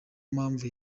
mpamvu